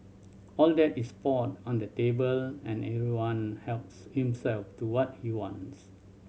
all that is poured on the table and everyone helps himself to what he wants